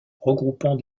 regroupant